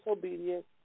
disobedient